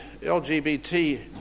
LGBT